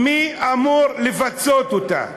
מי אמור לפצות אותה?